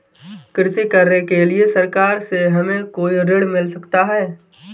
कृषि कार्य के लिए सरकार से हमें कोई ऋण मिल सकता है?